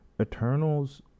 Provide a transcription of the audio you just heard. Eternals